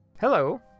Hello